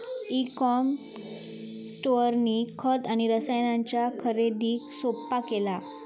E com स्टोअरनी खत आणि रसायनांच्या खरेदीक सोप्पा केला